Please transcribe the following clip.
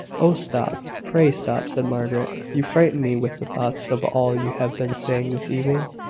oh, stop pray stop, said margaret. you frighten me with the thoughts of all you have been saying this evening,